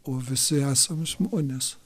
o visi esam žmonės